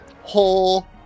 whole